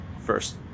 first